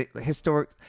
historic